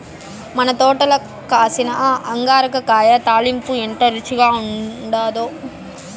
మన తోటల కాసిన అంగాకర కాయ తాలింపు ఎంత రుచిగా ఉండాదో